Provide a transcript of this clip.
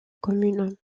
commune